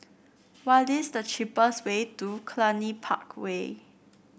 what is the cheapest way to Cluny Park Way